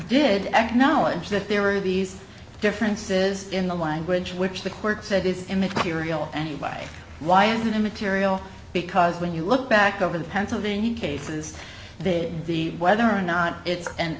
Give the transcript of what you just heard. did acknowledge that there were these differences in the language which the court said is immaterial and why why an immaterial because when you look back over the pennsylvania cases they'd be whether or not it's an